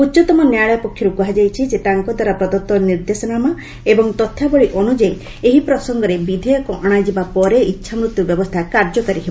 ଉଚ୍ଚତମ ନ୍ୟାୟାଳୟ ପକ୍ଷରୁ କୁହାଯାଇଛି ଯେ ତାଙ୍କ ଦ୍ୱାରା ପ୍ରଦତ୍ତ ନିର୍ଦ୍ଦେଶାନାମା ଏବଂ ତଥ୍ୟାବଳୀ ଅନ୍ତଯାୟୀ ଏହି ପ୍ରସଙ୍ଗରେ ବିଧେୟକ ଅଣାଯିବା ପରେ ଇଚ୍ଛାମୃତ୍ୟୁ ବ୍ୟବସ୍ଥା କାର୍ଯ୍ୟକାରୀ ହେବ